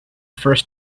first